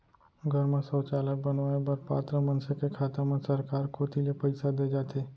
घर म सौचालय बनवाए बर पात्र मनसे के खाता म सरकार कोती ले पइसा दे जाथे